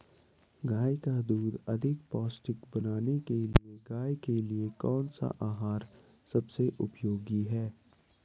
गाय का दूध अधिक पौष्टिक बनाने के लिए गाय के लिए कौन सा आहार सबसे उपयोगी है?